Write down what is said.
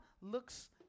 looks